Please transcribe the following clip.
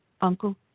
uncle